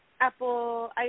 Apple